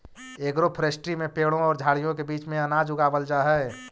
agroforestry में पेड़ों और झाड़ियों के बीच में अनाज उगावाल जा हई